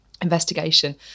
investigation